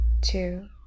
Two